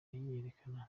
yiyerekana